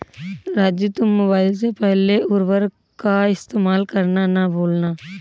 राजू तुम मोबाइल से पहले उर्वरक का इस्तेमाल करना ना भूलना